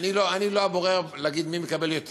אני לא הבורר להגיד מי מקבל יותר.